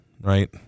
right